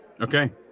Okay